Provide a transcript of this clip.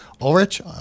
Ulrich